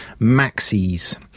Maxis